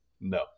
no